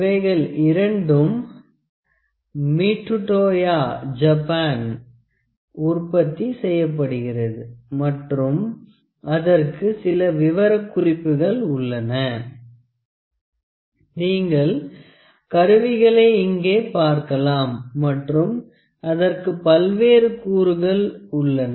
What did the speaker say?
இவைகள் இரண்டும் மீட்டுடோயோ ஜப்பானில் உற்பத்தி செய்யப்படுகிறது மற்றும் அதற்கு சில விவரக்குறிப்புகள் உள்ளன நீங்கள் கருவிகளை இங்கே பார்க்கலாம் மற்றும் அதற்கு பல்வேறு கூறுகள் உள்ளன